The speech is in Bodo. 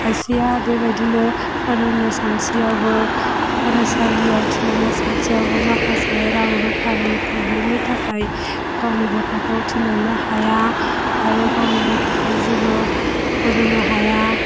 खायसेआ बेबायदिनो फोरोंनो सानसेयावबो फरायसालियाव थिनहरनो सानसेयावबो माखासे रां रुफानि प्रब्लेमनि थाखाय गावनि गथ'खौ थिनहरनो हाया आरो गावनि गथ'खौ जेबो फोरोंनो हाया